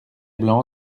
blanc